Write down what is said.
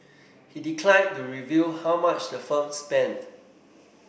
he declined to reveal how much the firm spent